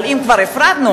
אבל אם כבר הפרדנו,